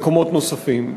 במקומות נוספים,